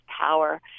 power